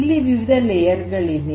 ಇಲ್ಲಿ ವಿವಿಧ ಪದರಗಳಿವೆ